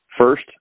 First